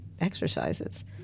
exercises